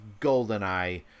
GoldenEye